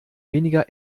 weniger